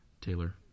Taylor